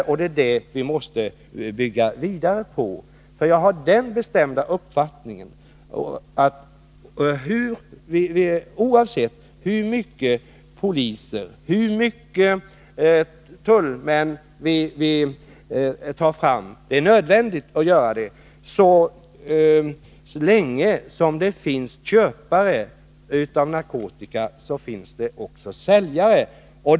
Och det 15 är detta vi måste bygga vidare på. Jag har den bestämda uppfattningen att oavsett hur många poliser, hur många tullmän vi än tar fram — det är nödvändigt att göra det —, så länge det finns köpare av narkotika finns det också säljare.